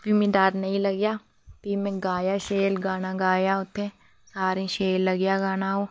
फ्ही मिं डर नेईं लग्गेआ फ्ही में गाया शैल गाना गाया उत्थै सारें गी शैल लग्गेआ गाना ओह्